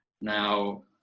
now